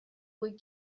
would